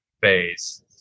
phase